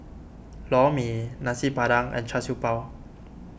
Lor Mee Nasi Padang and Char Siew Bao